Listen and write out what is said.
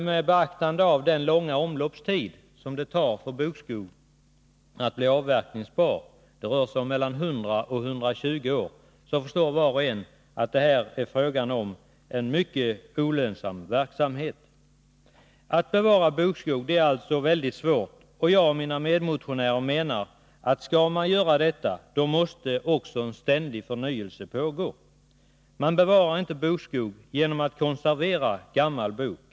Med beaktande av den långa omloppstid som det tar för bokskog att bli avverkningsbar — det rör sig om mellan 100 och 120 år — förstår var och en att det här är fråga om en mycket olönsam verksamhet. Det är alltså mycket svårt att bevara bokskog. Jag och mina medmotionärer menar att om man skall göra detta måste också en ständig förnyelse ske. Man bevarar inte bokskog genom att konservera gammal bok.